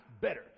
better